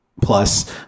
Plus